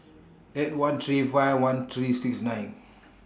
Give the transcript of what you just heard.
eight one three five one three six nine